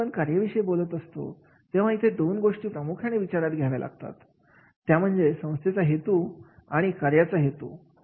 जेव्हा आपण कार्याविषयी बोलत असतो तेव्हा इथे दोन गोष्टी प्रामुख्याने विचारात घ्यायचे असतात त्या म्हणजे संस्थेचा हेतू आणि कार्याचा हेतू